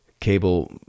cable